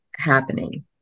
happening